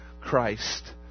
Christ